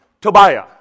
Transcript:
Tobiah